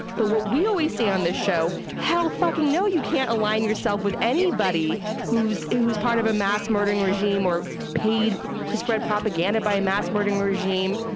but what we always say on this show, hell fucking no you can't align yourself with anybody who's who's part of a mass murdering regime or paid to spread propaganda by a mass murdering regime.